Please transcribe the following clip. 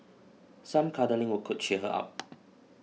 some cuddling will could cheer her up